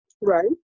Right